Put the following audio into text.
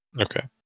Okay